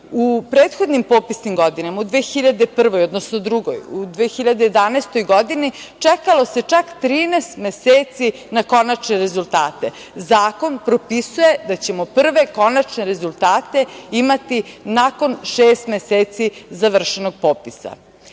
U prethodnim popisnim godinama, u 2001, odnosno u 2002, u 2011. godini čekalo se čak 13 meseci na konačne rezultate. Zakon propisuje da ćemo prve konačne rezultate imati nakon šest meseci završenog popisa.